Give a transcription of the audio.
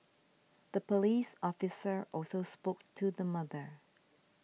the police officer also spoke to the mother